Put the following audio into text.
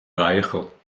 reicher